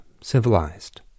civilized